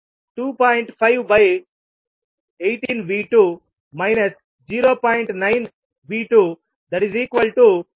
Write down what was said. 518V2 0